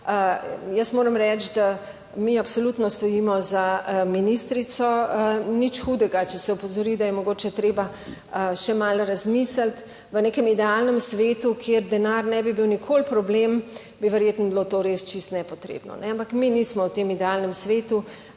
Jaz moram reči, da mi absolutno stojimo za ministrico. Nič hudega, če se opozori, da je mogoče treba še malo razmisliti. V nekem idealnem svetu, kjer denar ne bi bil nikoli problem, bi verjetno bilo to res čisto nepotrebno, ampak mi nismo v tem idealnem svetu.